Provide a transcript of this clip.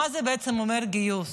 בעצם, מה זה אומר גיוס.